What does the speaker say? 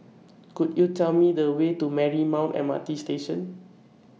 Could YOU Tell Me The Way to Marymount M R T Station